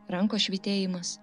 rankos švytėjimas